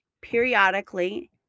periodically